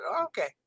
okay